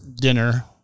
dinner